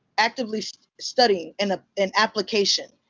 actively studying. and ah an application.